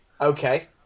Okay